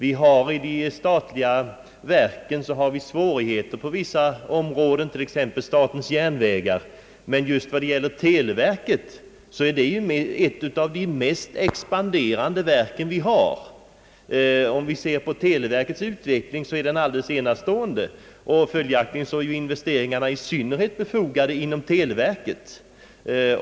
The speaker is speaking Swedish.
Inom den statliga verksamheten har vi svårigheter på vissa områden, t.ex. beträffande statens järnvägar, men televerket är ju ett av våra mest expanderande verk, Dess utveckling är enastående. Följaktligen är investeringar i synnerhet befogade inom televerket.